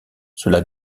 cela